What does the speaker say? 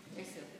תודה רבה, גברתי.